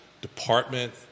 department